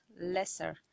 lesser